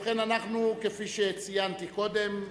כפי שציינתי קודם,